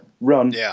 run